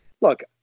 Look